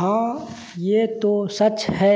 हाँ ये तो सच है